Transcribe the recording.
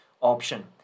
option